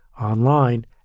online